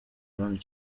brown